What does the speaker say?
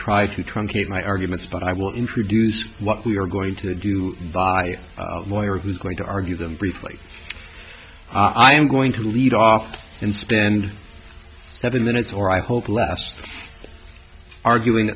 try to truncate my arguments but i will introduce what we are going to do by lawyer who's going to argue them briefly i am going to lead off and spend seven minutes or i hope less arguing